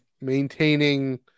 maintaining